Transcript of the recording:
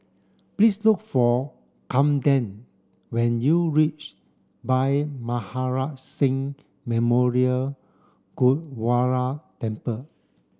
please look for Kamden when you reach Bhai Maharaj Singh Memorial Gurdwara Temple